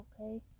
Okay